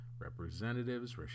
Representatives